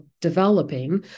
developing